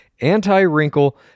anti-wrinkle